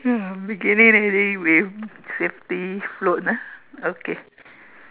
ya beginning already with fifty float ah okay